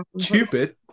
Cupid